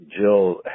Jill